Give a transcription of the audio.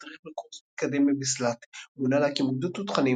הדריך בקורס מתקדם בביסל"ת ומונה להקים גדוד תותחנים,